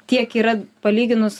tiek yra palyginus